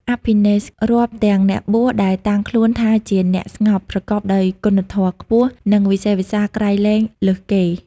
អភិនេស្ក្រម៍ រាប់ទាំងអ្នកបួសដែលតាំងខ្លួនថាជាអ្នកស្ងប់ ប្រកបដោយគុណធម៌ខ្ពស់ និងវិសេសវិសាលក្រៃលែងលើសគេ ។